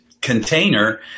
container